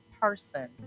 person